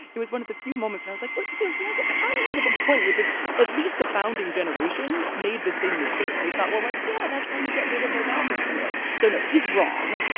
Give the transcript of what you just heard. it was one of the few moments when i was like, well you know he has a tiny bit of a point, which is at least the founding generation made the same mistake. they thought, well like yeah, that's how you get rid of an office. anyway. so no, he's wrong.